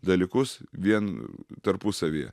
dalykus vien tarpusavyje